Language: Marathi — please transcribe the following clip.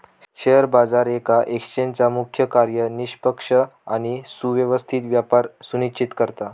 शेअर बाजार येका एक्सचेंजचा मुख्य कार्य निष्पक्ष आणि सुव्यवस्थित व्यापार सुनिश्चित करता